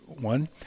one